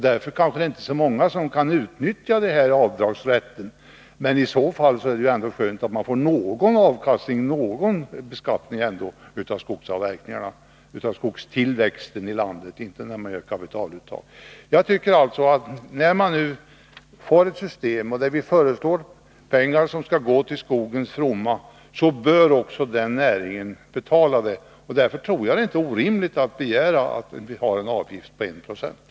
Därför kanske det inte är så många som kan utnyttja avdragsrätten, men i så fall är det ändå skönt att man får till stånd någon beskattning av avverkningen av skog i landet — jag talar inte om det fall när man gör kapitaluttag. När vi nu föreslår åtgärder till skogens fromma så bör också skogsnäringen betala utgifterna för dem. Jag tror därför inte att det är orimligt att kräva en avgift på 1 I.